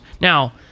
Now